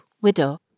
widow